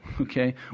okay